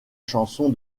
chanson